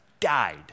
died